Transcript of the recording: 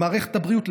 למערכת הבריאות,